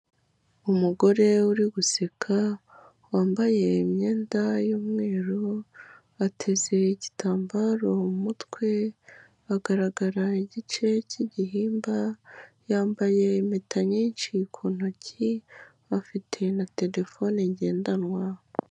Umugore uri guseka wambaye imyenda y'umweru, ateze igitambaro mu mutwe, agaragara igice cy'igihimba yambaye impeta nyinshi ku ntoki afite na terefone ngendanwa.